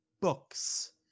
Books